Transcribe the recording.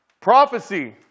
Prophecy